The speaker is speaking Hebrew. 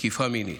תקיפה מינית.